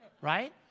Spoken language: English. right